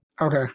Okay